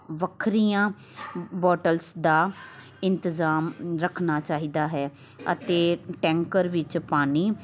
ਵੱਖਰੀਆਂ ਬੋਟਲਸ ਦਾ ਇੰਤਜ਼ਾਮ ਰੱਖਣਾ ਚਾਹੀਦਾ ਹੈ ਅਤੇ ਟੈਂਕਰ ਵਿੱਚ ਪਾਣੀ